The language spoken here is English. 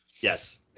yes